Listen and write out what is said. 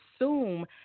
assume